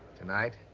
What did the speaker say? tonight.